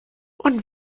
und